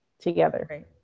together